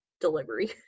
delivery